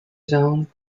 zone